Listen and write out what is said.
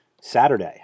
Saturday